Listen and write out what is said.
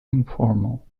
informal